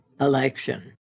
election